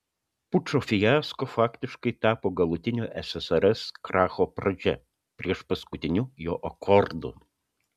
pučo fiasko faktiškai tapo galutinio ssrs kracho pradžia priešpaskutiniu jo akordu